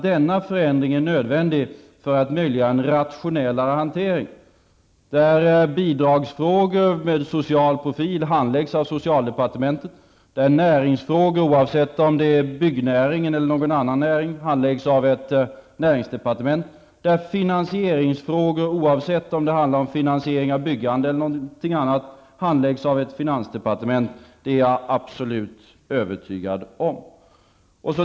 Denna förändring är nödvändig för att möjliggöra en rationellare hantering, där bidragsfrågor med social profil handläggs av socialdepartementet, där näringsfrågor, oavsett om de hör hemma inom byggnäringen eller annan näring, handläggs av ett näringsdepartement och där finansieringsfrågor, oavsett om det handlar om finansiering av byggande eller någonting annat, handläggs av ett finansdepartement. Det är jag absolut övertygad om.